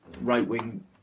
right-wing